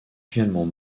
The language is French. finalement